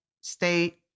state